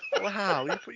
Wow